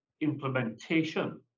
implementation